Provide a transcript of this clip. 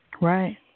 Right